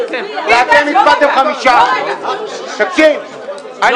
ואתם הצבעתם 5. לא,